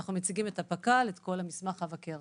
אנחנו מציגים את הפק"ל, את כל המסמך עב הכרס.